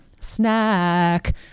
Snack